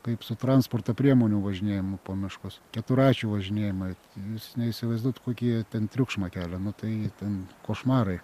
kaip su transporto priemonių važinėjimu po miškus keturračių važinėjamai jūs neįsivaizduojat kokį jie ten triukšmą kelia nu tai ten košmarai